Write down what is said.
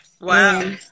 Wow